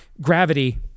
gravity